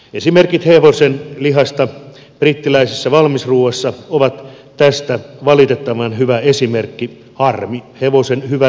esimerkit hevosenlihasta brittiläisessä valmisruuassa ovat tästä valitettavan hyvä esimerkki harmi hevosen hyvälle lihalle